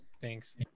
Thanks